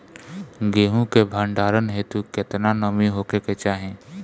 गेहूं के भंडारन हेतू कितना नमी होखे के चाहि?